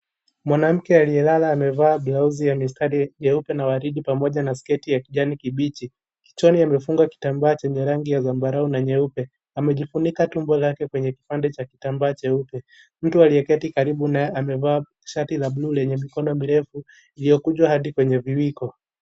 Mwanamke aliyelala amevaa bilausi nyeupe na waridi pamoja na sketi ya kijani kibichi kichwani amefunga kitamba chenye rangi ya zambarau na nyeupe amejifunika tumbo lake kenye kipande cha kitambaa cheupe mtu aliye keto kando yake amevaa tisheti ya blue lenye mikono refu iliyokunjwa hadi kwenye viwiko.